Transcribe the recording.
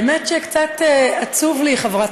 האמת היא שקצת עצוב לי,